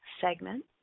segment